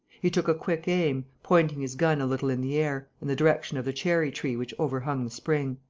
he took a quick aim, pointing his gun a little in the air, in the direction of the cherry tree which overhung the spring.